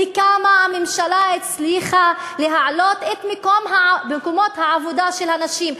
בכמה הממשלה הצליחה להעלות את מספר מקומות העבודה של הנשים?